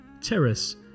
terrace